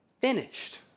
finished